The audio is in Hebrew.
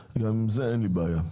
גם עם זה אין לי בעיה.